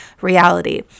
reality